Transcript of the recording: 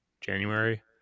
january